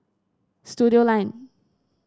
Studioline